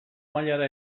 mailara